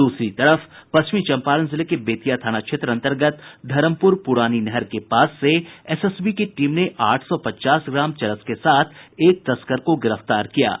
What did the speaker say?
दूसरी तरफ पश्चिमी चंपारण जिले के बेतिया थाना अंतर्गत धरमपुर प्रानी नहर के पास से एसएसबी की टीम ने आठ सौ पचास ग्राम चरस के साथ एक तस्कर को गिरफ्तार किया है